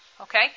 Okay